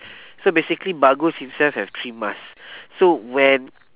so basically bagus himself have three mask so when